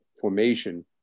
formation